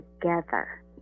together